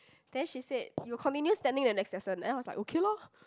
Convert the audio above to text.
then she said you continue standing the next lesson then I was like okay loh